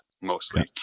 mostly